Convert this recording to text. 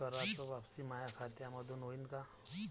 कराच वापसी माया खात्यामंधून होईन का?